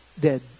dead